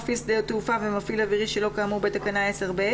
מפעיל שדה תעופה ומפעיל אווירי שלא כאמור בתקנה 10(ב)